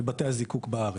לבתי הזיקוק בארץ.